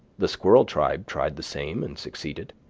the squirrel tribe tried the same and succeeded.